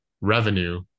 revenue